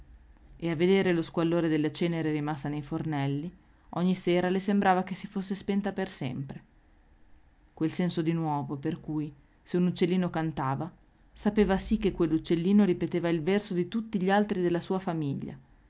e a veder lo squallore della cenere rimasta nei fornelli ogni sera le sembrava che si fosse spenta per sempre quel senso di nuovo per cui se un uccellino cantava sapeva sì che quell'uccellino ripeteva il verso di tutti gli altri della sua famiglia